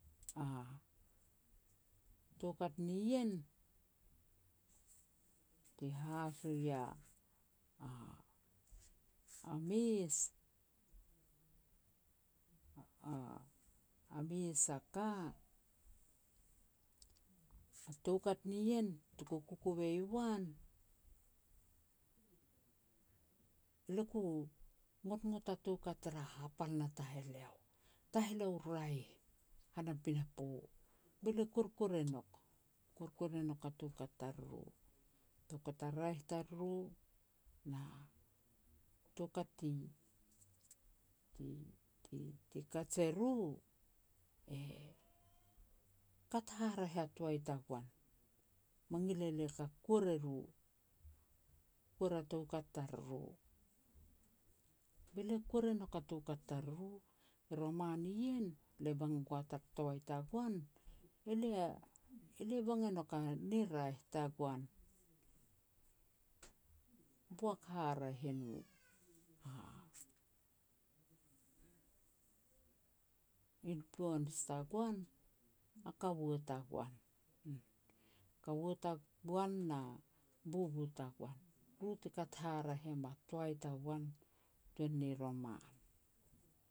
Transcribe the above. A toukat nien ti haso ia a-a mes, a-a mes a ka, toukat nien tuku kukuvei u an, le ku ngotngot a toukat tara hapal na taheleo, taheleo u raeh han a pinapo, be lia kuer kuer e nouk, kuer kuer e nouk a toukat tariru. Toukat a raeh tariru, na toukat ti-ti-ti kaj eru, e kat haraeh a toai tagoan, mangil elia ka kuer eru, kuer a toukat tariru. Be lia kuer e nouk a toukat tariru. I roman ien, le bang gua tara toai tagoan, elia-elia bang e nouk a ni raeh tagoan boak haraeh e no. A influence tagoan, a kaua tagoan. Kaua tagoan na bubu tagoan, ru ti kat haraeh em a toai tagoan tuan ni roman.